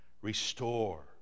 Restore